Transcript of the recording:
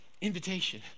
invitation